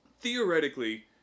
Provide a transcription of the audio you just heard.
Theoretically